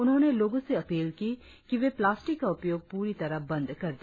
उन्होंने लोगों से अपील की कि वे प्लास्टिक का उपयोग पूरी तरह बंद कर दे